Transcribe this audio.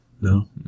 No